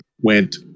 went